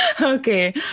okay